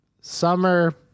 summer